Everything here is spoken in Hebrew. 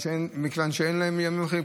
מכיוון שאין להם ימים אחרים.